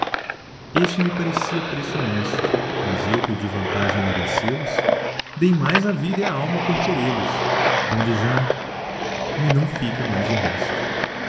este me parecia preço honesto mas eu por de vantagem merecê los dei mais a vida e alma por querê los donde já me não fica mais de resto